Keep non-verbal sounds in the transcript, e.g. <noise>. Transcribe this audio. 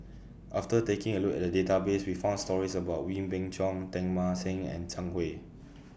after taking A Look At The Database We found stories about Wee Beng Chong Teng Mah Seng and Zhang Hui <noise>